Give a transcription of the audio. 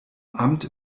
amt